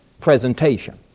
presentation